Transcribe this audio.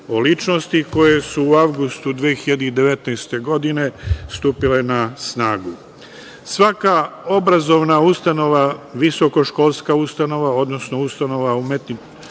o ličnosti koje su u avgustu 2019. godine stupile na snagu. Svaka obrazovna ustanova, visokoškolska ustanova, odnosno ustanova učeničkog